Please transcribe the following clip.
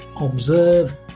observe